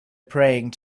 praying